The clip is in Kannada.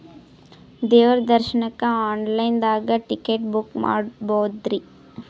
ದೇವ್ರ ದರ್ಶನಕ್ಕ ಆನ್ ಲೈನ್ ದಾಗ ಟಿಕೆಟ ಬುಕ್ಕ ಮಾಡ್ಬೊದ್ರಿ?